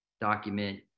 document